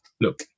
Look